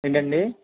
ఏంటండి